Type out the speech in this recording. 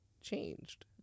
changed